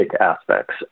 aspects